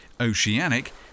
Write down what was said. Oceanic